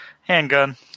Handgun